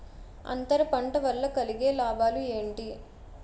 అంతర పంట వల్ల కలిగే లాభాలు ఏంటి